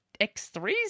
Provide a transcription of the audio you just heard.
X3s